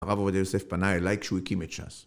הרב עובדיה יוסף פנה אלי כשהוא הקים את ש"ס